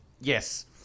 Yes